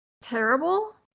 terrible